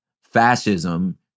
fascism